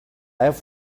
have